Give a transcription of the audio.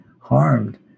harmed